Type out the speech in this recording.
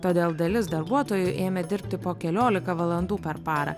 todėl dalis darbuotojų ėmė dirbti po keliolika valandų per parą